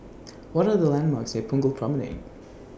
What Are The landmarks near Punggol Promenade